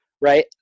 right